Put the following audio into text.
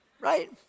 right